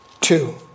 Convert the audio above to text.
Two